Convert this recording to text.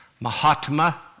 Mahatma